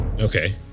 Okay